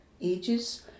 ages